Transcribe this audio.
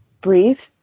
breathe